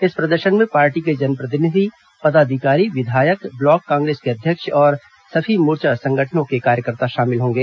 इस प्रदर्शन में पार्टी के जनप्रतिनिधि पदाधिकारी विधायक ब्लॉक कांग्रेस के अध्यक्ष और सभी मोर्चा संगठनों के कार्यकर्ता शामिल होंगे